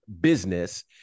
business